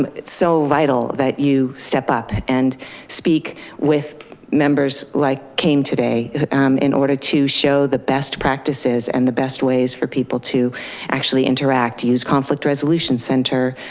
um it's so vital that you step up and speak with members like came today in order to show the best practices and the best ways for people to actually interact, use conflict resolution center,